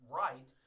right